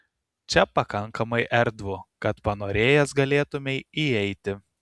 čia pakankamai erdvu kad panorėjęs galėtumei įeiti